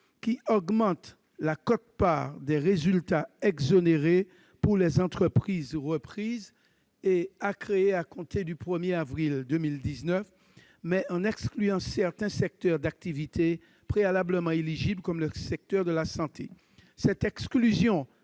qui augmente la quote-part des résultats exonérés pour les entreprises reprises ou créées à compter du 1 janvier 2019, mais en exclut certains secteurs d'activités antérieurement éligibles, parmi lesquels le secteur de la santé. Cette exclusion